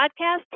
podcast